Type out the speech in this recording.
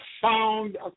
found